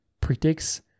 predicts